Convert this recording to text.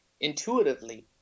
intuitively